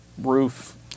roof